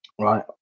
right